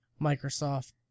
Microsoft